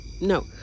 No